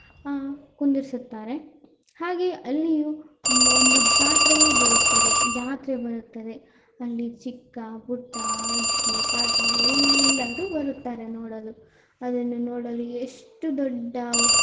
ಕುಳ್ಳಿರ್ಸುತ್ತಾರೆ ಹಾಗೆ ಅಲ್ಲಿಯೂ ಒಂದು ಜಾತ್ರೆಯೇ ಬರುತ್ತದೆ ಜಾತ್ರೆ ಬರುತ್ತದೆ ಅಲ್ಲಿ ಚಿಕ್ಕಪುಟ್ಟ ಅಜ್ಜಿ ತಾತ ಎಲ್ಲರೂ ಬರುತ್ತಾರೆ ನೋಡಲು ಅದನ್ನು ನೋಡಲು ಎಷ್ಟು ದೊಡ್ಡ